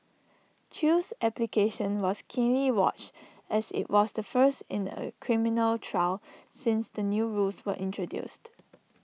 chew's application was keenly watched as IT was the first in A criminal trial since the new rules were introduced